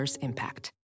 impact